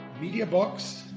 MediaBox